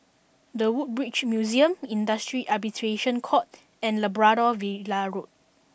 the Woodbridge Museum Industrial Arbitration Court and Labrador Villa Road